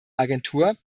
agentur